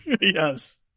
yes